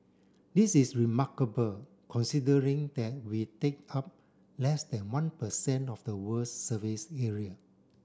this is remarkable considering that we take up less than one per cent of the world's surface area